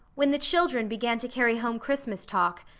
when the children began to carry home christmas talk,